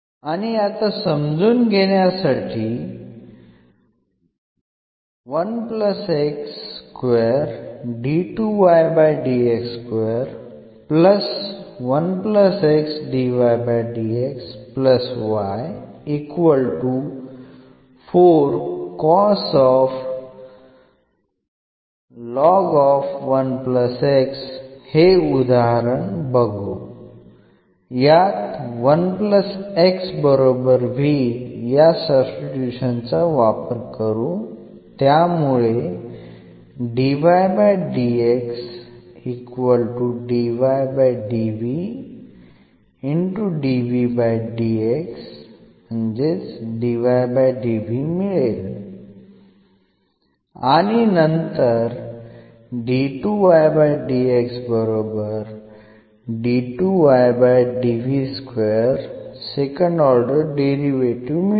आणि आता समजून घेण्यासाठी हे उदाहरण बघू यात या सब्स्टिट्यूशन चा वापर करू त्यामुळे मिळेल आणि नंतर सेकंड ऑर्डर डेरिव्हेटीव्ह मिळवू